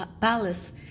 palace